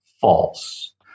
false